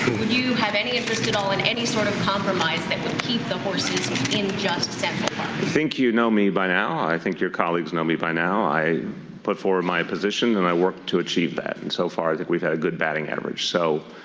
would you have any interest at all in any sort of compromise that would keep the horses in just central park? i think you know me by now. i think your colleagues know me by now. i put forward my position and i work to achieve that. and so far i think we've had a good batting average. so,